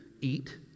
eat